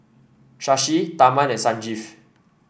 Shashi Tharman and Sanjeev